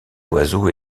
oiseau